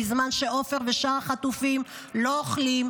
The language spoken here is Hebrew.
בזמן שעופר ושאר החטופים לא אוכלים,